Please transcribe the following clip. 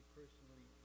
personally